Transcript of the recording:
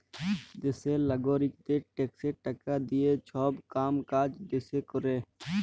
দ্যাশের লাগারিকদের ট্যাক্সের টাকা দিঁয়ে ছব কাম কাজ দ্যাশে ক্যরে